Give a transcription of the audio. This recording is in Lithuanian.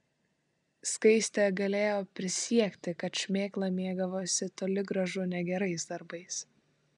skaistė galėjo prisiekti kad šmėkla mėgavosi toli gražu ne gerais darbais